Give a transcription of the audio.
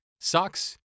socks